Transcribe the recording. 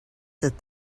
that